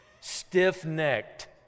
Stiff-necked